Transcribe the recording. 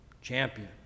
champion